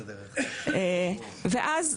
ואז,